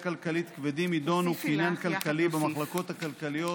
כלכלית כבדים יידונו כעניין כלכלי במחלקות הכלכליות